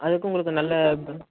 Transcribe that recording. அதுக்கும் உங்களுக்கு நல்ல